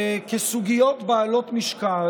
סוגיות בעלות משקל,